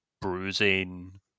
bruising